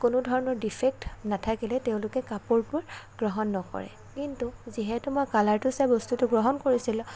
কোনো ধৰণৰ ডিফেক্ট নাথাকিলে তেওঁলোকে কাপোৰবোৰ গ্ৰহণ নকৰে কিন্তু যিহেতু মই কালাৰটো চাই বস্তুটো গ্ৰহণ কৰিছিলোঁ